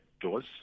doors